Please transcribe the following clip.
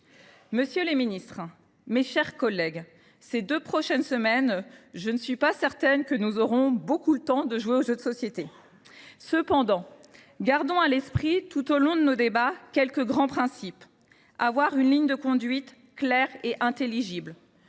Messieurs les ministres, mes chers collègues, durant les deux prochaines semaines, je crains que nous n’ayons pas le temps de jouer aux jeux de société. Cependant, gardons à l’esprit tout au long de nos débats quelques grands principes : disposer d’une ligne de conduite claire et intelligible